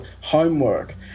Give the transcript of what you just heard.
homework